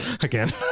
again